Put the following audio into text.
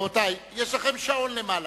רבותי, יש לכם שעון למעלה.